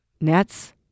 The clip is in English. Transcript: nets